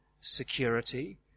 security